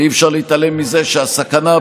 אי-אפשר להתעלם מזה שהסכנה,